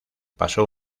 pasó